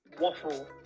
waffle